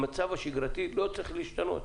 המצב השגרתי לא צריך להשתנות.